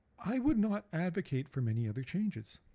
i would not advocate for many other changes.